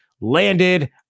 landed